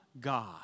God